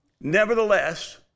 Nevertheless